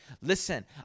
listen